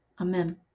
Amen